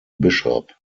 bishop